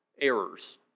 errors